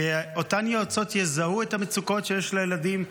שאותן יועצות יזהו את המצוקות שיש לילדים.